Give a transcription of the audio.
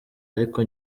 ariko